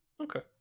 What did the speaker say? Okay